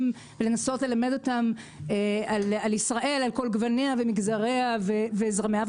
ולנסות ללמד אותם על ישראל על כל גווניה ומגזריה וזרמיה,